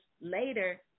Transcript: later